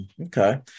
okay